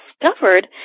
discovered